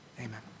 Amen